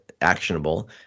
actionable